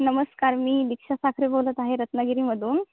नमस्कार मी दीक्षा साखरे बोलत आहे रत्नागिरीमधून